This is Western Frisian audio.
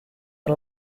der